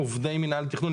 עובדי מינהל התכנון,